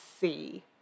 see